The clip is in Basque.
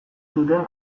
zuten